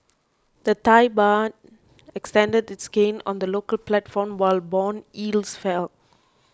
the Thai Baht extended its gains on the local platform while bond yields fell